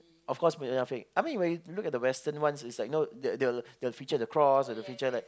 of course Munafik I mean when you look at the western ones is like you know they will they will they will feature the cross or they will feature like